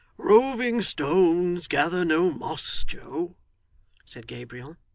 roving stones gather no moss, joe said gabriel.